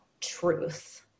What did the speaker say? truth